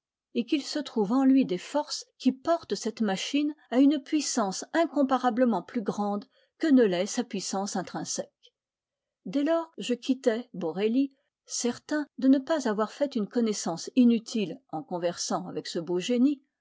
et qu'il se trouve en lui des forces qui portent cette machine à une puissance incomparablement plus grande que ne test sa puissance intrinsèque dès lors je quittai borelli certain de ne pas avoir fait une connaissance inutile en conversant avec ce beau génie